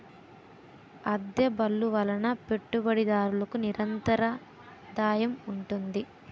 అద్దె బళ్ళు వలన పెట్టుబడిదారులకు నిరంతరాదాయం ఉంటుంది